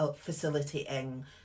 facilitating